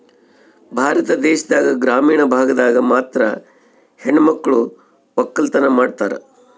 ಭಾರತ ದೇಶದಾಗ ಗ್ರಾಮೀಣ ಭಾಗದಾಗ ಮಾತ್ರ ಹೆಣಮಕ್ಳು ವಕ್ಕಲತನ ಮಾಡ್ತಾರ